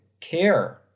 care